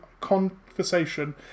conversation